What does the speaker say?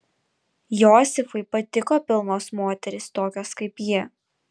josifui patiko pilnos moterys tokios kaip ji